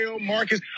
marcus